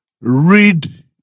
read